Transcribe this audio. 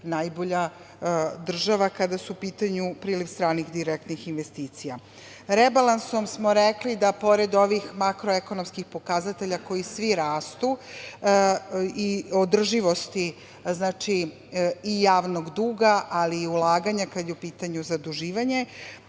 najbolja država kada je u pitanju priliv stranih direktnih investicija. Rebalansom smo rekli da pored ovih marko-ekonomskih pokazatelja koji svi rastu i održivosti javnog duga, ali i ulaganja kada je u pitanju zaduživanje,